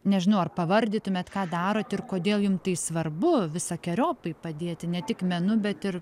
nežinau ar pavardytumėt ką darot ir kodėl jum tai svarbu visakeriopai padėti ne tik menu bet ir